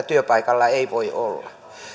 työpaikalla ei voi olla